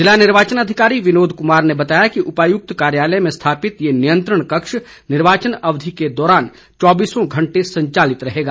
जिला निर्वाचन अधिकारी विनोद कुमार ने बताया कि उपायुक्त कार्यालय में स्थापित ये नियंत्रण कक्ष निर्वाचन अवधि के दौरान चौबीसों घंटे संचालित रहेगा